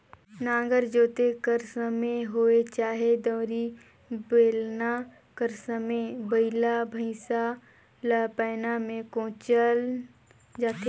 नांगर जोते कर समे होए चहे दउंरी, बेलना कर समे बइला भइसा ल पैना मे कोचल जाथे